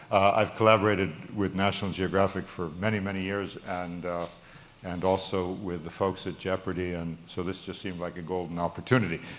i've collaborated with national geographic for many, many years and and also with the folks at jeopardy. and so this just seemed like a golden opportunity.